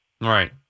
Right